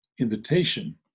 invitation